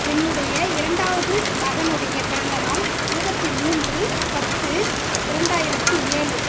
என்னுடைய இரண்டாவது மகனுடைய பிறந்த நாள் இருபத்தி மூன்று பத்து இரண்டாயிரத்து ஏழு